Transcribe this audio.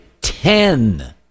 Ten